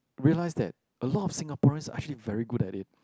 realized that a lot of Singaporeans are actually very good at it